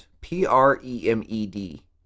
P-R-E-M-E-D